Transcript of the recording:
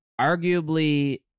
arguably